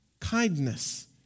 kindness